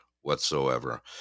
whatsoever